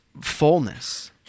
fullness